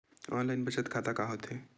Online बचत खाता का होथे?